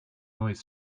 noise